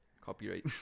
copyright